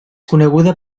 coneguda